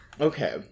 Okay